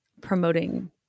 promoting